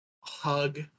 hug